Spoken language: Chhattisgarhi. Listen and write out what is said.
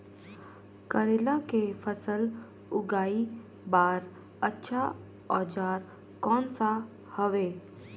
करेला के फसल उगाई बार अच्छा औजार कोन सा हवे?